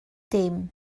dim